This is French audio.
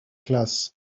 classe